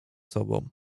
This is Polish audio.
sobą